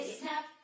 Snap